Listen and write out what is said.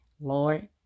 Lord